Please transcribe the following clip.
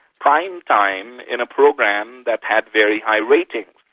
prime time, in a program that had very high ratings.